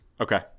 Okay